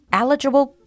eligible